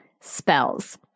spells